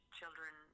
children